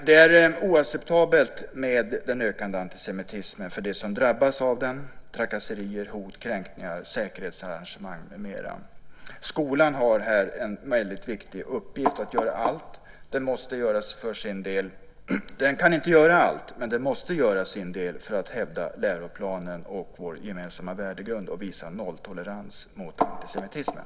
Den ökande antisemitismen är oacceptabel för dem som drabbas av den med trakasserier, hot, kränkningar, säkerhetsarrangemang med mera. Skolan har här en väldigt viktig uppgift. Den kan inte göra allt, men den måste göra sin del för att hävda läroplanen och vår gemensamma värdegrund och visa nolltolerans mot antisemitismen.